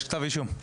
יש כתב אישום.